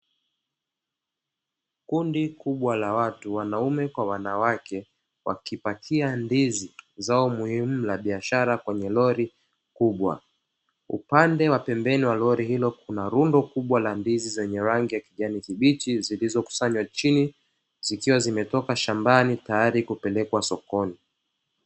Kundi kubwa la watu, wanaume na wanawake, wakipakia ndizi; zao muhimu la biashara kwenye roli kubwa. Upande wa pembeni wa roli hilo kuna rundo kubwa la ndizi zenye rangi ya kijani kibichi, zilizokusanywa chini zikiwa zimetoka shambani, tayari kupelekwa sokoni.